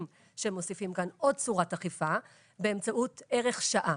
שמוסיפים כאן עוד צורת אכיפה באמצעות ערך שעה.